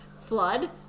flood